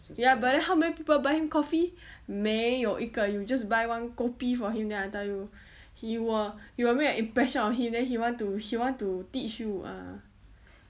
ya but then how many people buy him coffee 没有一个 you just buy one kopi for him then I tell you he will you will make an impression of him then he want to he want to teach you ah